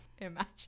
imagine